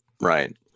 right